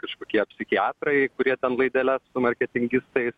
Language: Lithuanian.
kažkokie psichiatrai kurie ten laideles su marketingistais